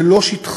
זה לא שטחיות,